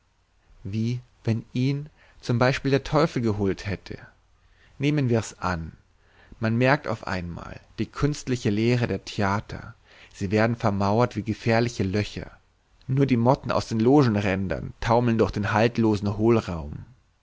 wie wenn ihn zum beispiel der teufel geholt hätte nehmen wirs an man merkt auf einmal die künstliche leere der theater sie werden vermauert wie gefährliche löcher nur die motten aus den logenrändern taumeln durch den haltlosen hohlraum